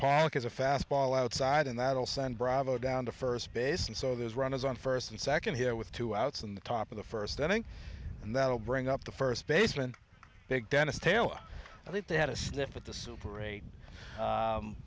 packers a fastball outside and that'll send bravo down to first base and so there's runners on first and second here with two outs in the top of the first inning and that'll bring up the first baseman big dennis taylor i think they had a sniff at the super